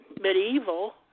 medieval